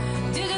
ואז